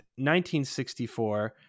1964